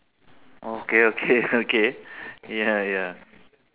okay okay okay ya ya